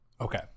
Okay